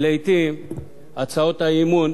ולעתים הצעות האי-אמון